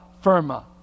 firma